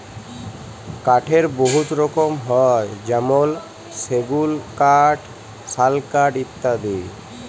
কাঠের বহুত রকম হ্যয় যেমল সেগুল কাঠ, শাল কাঠ ইত্যাদি